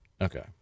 Okay